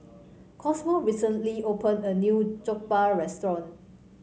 Cosmo recently opened a new Jokbal restaurant